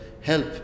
help